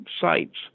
sites